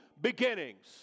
beginnings